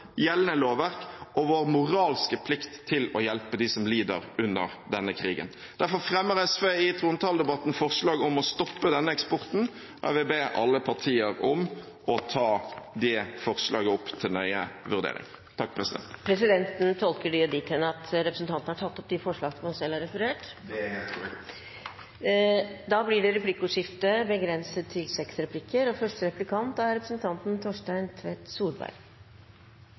gjeldende lovverk og vår moralske plikt til å hjelpe dem som lider under denne krigen. Derfor fremmer SV i trontaledebatten forslag om å stoppe denne eksporten, og jeg vil be alle partier om å ta det forslaget opp til nøye vurdering. Presidenten tolker det dit hen at representanten Audun Lysbakken har tatt opp de forslagene han refererte til. Det er helt korrekt. Det blir replikkordskifte. Norge opplever nå den høyeste ledigheten på over 20 år. Det